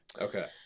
Okay